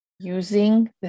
using